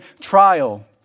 trial